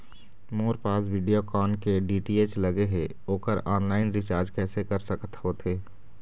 मोर पास वीडियोकॉन के डी.टी.एच लगे हे, ओकर ऑनलाइन रिचार्ज कैसे कर सकत होथे?